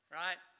right